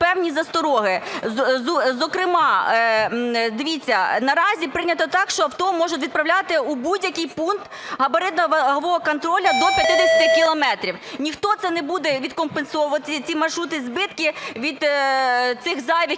певні застороги. Зокрема, дивіться, наразі прийнято так, що авто можуть відправляти в будь-який пункт габаритно-вагового контролю до 50 кілометрів. Ніхто це не буде відкомпенсовувати ці маршрути, збитки від цих зайвих